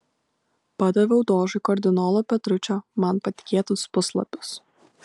padaviau dožui kardinolo petručio man patikėtus puslapius